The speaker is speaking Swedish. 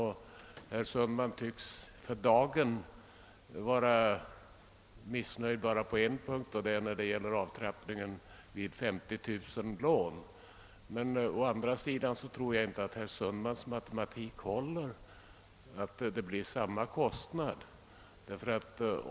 Herr Sundman tycks för dagen vara missnöjd bara på en punkt, nämligen när det gäller avtrappningsgränsen vid 50 000 boklån. Å andra sidan tror jag att herr Sundmans uppgift om att kostnaden skulle bli densamma inte håller.